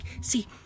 see